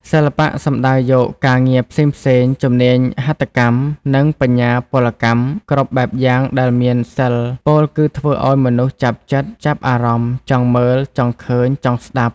សិល្បៈ សំដៅយកការងារផ្សេងៗ ជំនាញហត្ថកម្មនិងបញ្ញាពលកម្មគ្រប់បែបយ៉ាងដែលមានសិល្ប៍ ពោលគឺធ្វើឱ្យមនុស្សចាប់ចិត្ត ចាប់អារម្មណ៍ ចង់មើល ចង់ឃើញ ចង់ស្តាប់។